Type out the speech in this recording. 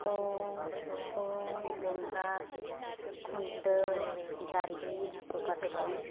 ᱩᱢ ᱩᱢ ᱵᱚᱸᱜᱟ ᱠᱷᱩᱱᱴᱟᱹᱣ ᱡᱟᱞᱮ ᱦᱟᱹᱠᱩ ᱠᱟᱴᱠᱚᱢ